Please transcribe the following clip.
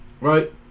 right